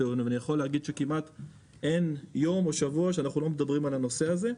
כמעט אין יום או שבוע שאנחנו לא מדברים על הנושא הזה,